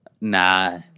nah